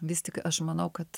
vis tik aš manau kad